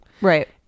Right